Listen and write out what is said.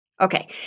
Okay